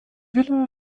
villa